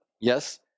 yes